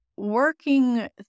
working